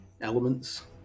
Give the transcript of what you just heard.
elements